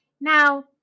Now